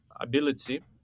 ability-